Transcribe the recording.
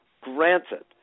granted